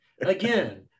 Again